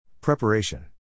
Preparation